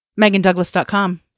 Megandouglas.com